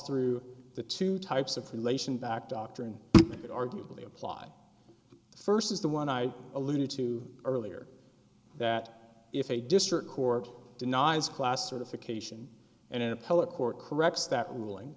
through the two types of relation back doctrine that arguably apply first is the one i alluded to earlier that if a district court denies class certification and an appellate court corrects that ruling